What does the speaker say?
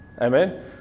Amen